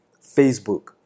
Facebook